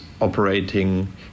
operating